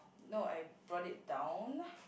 no I brought it down